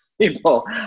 people